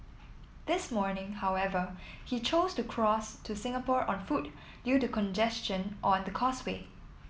this morning however he chose to cross to Singapore on foot due to congestion on the causeway